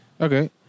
Okay